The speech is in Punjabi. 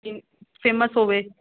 ਕਿ ਫੇਮਸ ਹੋਵੇ